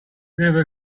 never